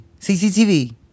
CCTV